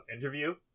interview